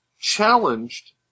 challenged